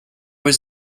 were